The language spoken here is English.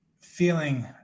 feeling